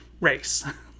race